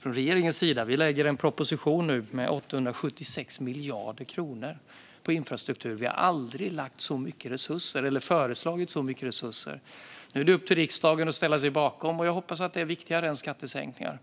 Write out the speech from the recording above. Regeringen lägger nu fram en proposition med 876 miljarder kronor till infrastruktur. Vi har aldrig föreslagit så stora resurser. Nu är det upp till riksdagen att ställa sig bakom, och jag hoppas att det är viktigare än skattesänkningar.